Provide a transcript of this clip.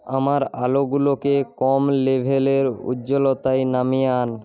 আমার আলোগুলোকে কম লেভেলের উজ্জ্বলতায় নামিয়ে আন